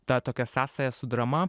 ta tokia sąsaja su drama